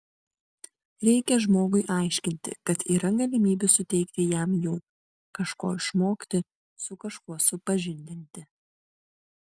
reikia žmogui aiškinti kad yra galimybių suteikti jam jų kažko išmokti su kažkuo supažindinti